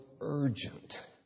urgent